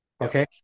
Okay